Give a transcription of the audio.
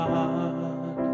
God